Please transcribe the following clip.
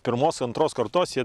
pirmos antros kartos jie